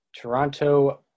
Toronto